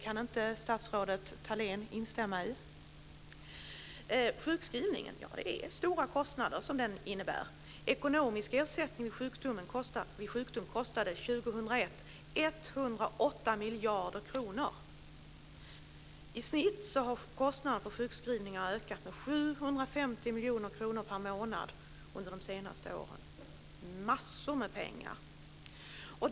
Kan inte statsrådet Thalén instämma i det? Sjukskrivningen innebär stora kostnader. Ekonomisk ersättning vid sjukdom kostade 108 miljarder kronor år 2001. I snitt har kostnaden för sjukskrivningar ökat med 750 miljoner kronor per månad under de senaste åren. Det är massor med pengar.